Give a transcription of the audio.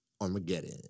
Armageddon